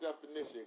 definition